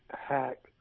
hack